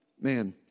Man